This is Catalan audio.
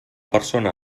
persona